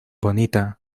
bonita